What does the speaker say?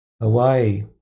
Hawaii